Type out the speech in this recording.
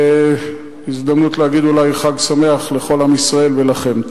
וזו הזדמנות אולי להגיד חג שמח לכל עם ישראל ולכם.